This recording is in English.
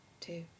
two